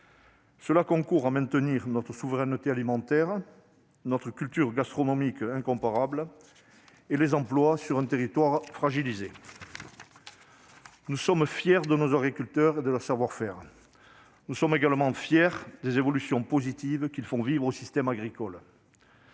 Cela concourt à maintenir notre souveraineté alimentaire, notre culture gastronomique incomparable et nos emplois sur un territoire fragilisé. Nous sommes fiers de nos agriculteurs et de leur savoir-faire. Nous sommes également fiers des évolutions positives qu'ils font vivre aux systèmes agricoles.